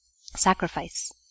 sacrifice